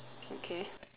okay